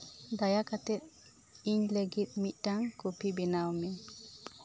ᱫᱟᱭᱟ ᱠᱟᱛᱮᱫ ᱤᱧ ᱞᱟᱹᱜᱤᱫ ᱢᱤᱫᱴᱟᱝ ᱠᱚᱯᱷᱤ ᱵᱮᱱᱟᱣ ᱢᱮ